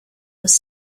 was